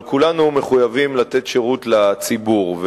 אבל כולנו מחויבים לתת שירות לציבור.